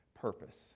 purpose